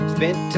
Spent